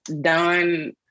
done